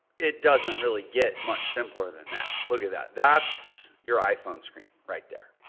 it doesn't really get much simpler than that. look at that. that's your iphone screen right there.